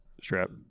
strap